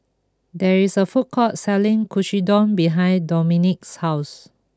there is a food court selling Katsudon behind Dominik's house